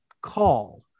call